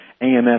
AMF